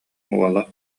уола